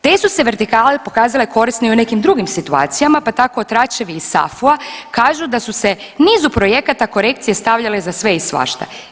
Te su se vertikale pokazale korisne i u nekim drugim situacijama, pa tako tračevi iz SAFU-a kažu da su se nizu projekata korekcije stavljale za sve i svašta.